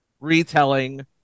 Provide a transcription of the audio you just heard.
retelling